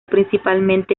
principalmente